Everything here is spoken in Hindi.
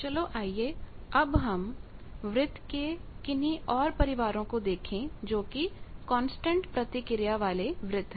चलो आइए अब हम वृत्त के किन्ही और परिवारों को देखें जोकि कांस्टेंट प्रतिक्रिया वाले वृत्त हैं